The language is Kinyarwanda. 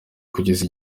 kugeza